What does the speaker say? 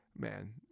Man